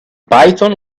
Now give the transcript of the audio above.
python